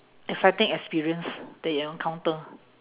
exciting experience that you encounter